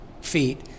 feet